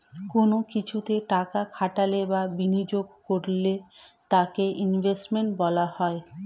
কোন কিছুতে টাকা খাটালে বা বিনিয়োগ করলে তাকে ইনভেস্টমেন্ট বলা হয়